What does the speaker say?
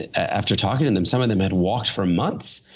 after talking to them, some of them had walked for months.